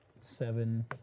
Seven